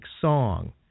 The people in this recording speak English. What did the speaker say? song